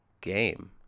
game